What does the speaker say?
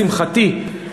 לשמחתי,